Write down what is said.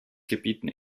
gebieten